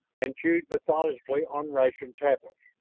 and chewed methodically on ration tablets.